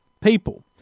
people